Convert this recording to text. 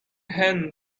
hand